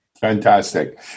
Fantastic